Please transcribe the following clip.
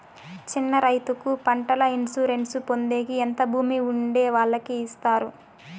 చిన్న రైతుకు పంటల ఇన్సూరెన్సు పొందేకి ఎంత భూమి ఉండే వాళ్ళకి ఇస్తారు?